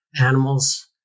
animals